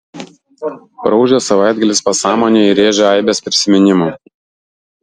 praūžęs savaitgalis pasąmonėje įrėžė aibes prisiminimų